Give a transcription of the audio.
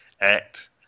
act